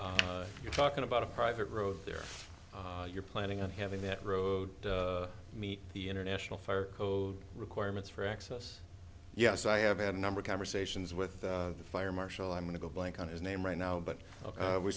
here you're talking about a private road there you're planning on having that road meet the international fire code requirements for access yes i have had a number of conversations with the fire marshal i'm going to go blank on his name right now but